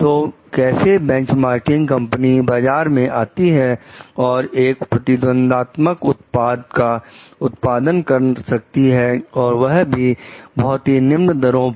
तो कैसे benchmark company बाजार में आती है और एक प्रतिबंधात्मक उत्पाद का उत्पादन कर सकती है और वह भी बहुत निम्न दामों पर